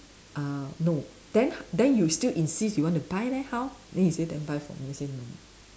uh no then then you still insist you want to buy leh how then he say then buy for me I say no